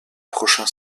prochain